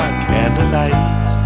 candlelight